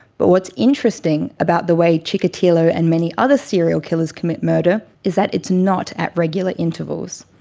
but what's interesting about the way chikatilo, and many other serial killers, commit murder is that it's not at regular intervals.